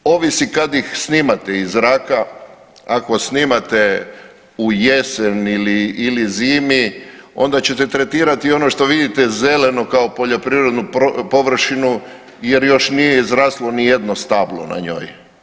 Ovisi kad ih snimate iz zraka, ako snimate u jesen ili zimi onda ćete tretirati i ono što vidite zeleno kao poljoprivrednu površinu jer još nije izraslo ni jedno stablo na njoj.